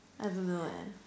I don't know leh